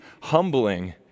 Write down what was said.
humbling